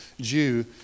Jew